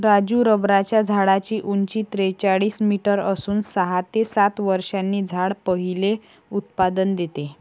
राजू रबराच्या झाडाची उंची त्रेचाळीस मीटर असून सहा ते सात वर्षांनी झाड पहिले उत्पादन देते